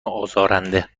آزارنده